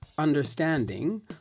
understanding